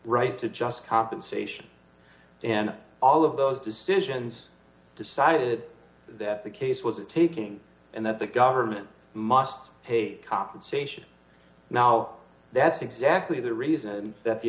right to just compensation and all of those decisions decided that the case was a taking and that the government must hate compensation now that's exactly the reason that the